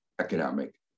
economic